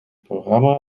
programma